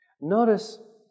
Notice